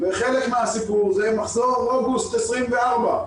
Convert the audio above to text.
חלק מהסיפור זה מחזור אוגוסט 2024,